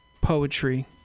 poetry